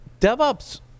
DevOps